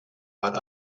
but